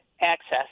access